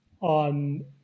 on